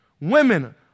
women